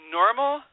normal